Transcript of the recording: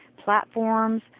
platforms